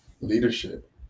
Leadership